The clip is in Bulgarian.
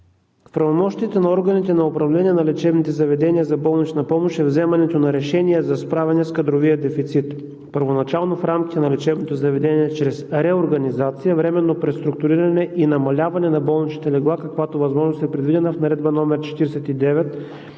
в правомощията на органите на управление на лечебните заведения за болнична помощ е вземането на решения за справяне с кадровия дефицит. Първоначално в рамките на лечебното заведение чрез реорганизация, временно преструктуриране и намаляване на болничните легла, каквато възможност е предвидена в Наредба № 49